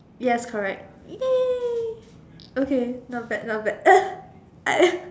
yes correct ya okay not bad not bad